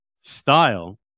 Style